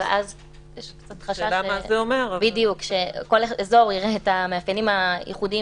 אבל אז יש קצת חשש שכל אזור יראה את המאפיינים הייחודיים